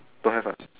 don't have ah